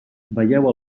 veieu